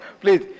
Please